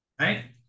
right